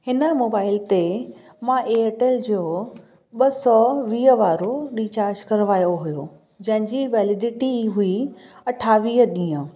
हिन मोबाइल ते मां एयरटेल जो ॿ सौ वीह वारो रीचार्ज करवायो हुओ जंहिंजी वैलेडिटी हुई अठावीह ॾींहं